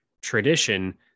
tradition